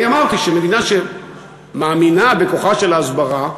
אני אמרתי שמדינה שמאמינה בכוחה של ההסברה,